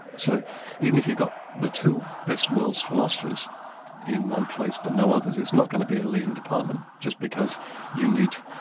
so even if you've got the two best world's philosophers in one place but no others, it's not going to be a leading department, just because you need